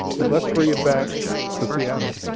but let's bring it back to seattle.